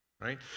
right